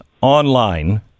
online